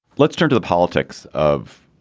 let's turn to the politics of